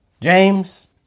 James